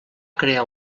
crear